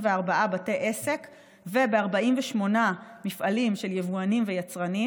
בתי עסק וב-48 מפעלים של יבואנים ויצרנים.